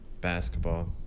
basketball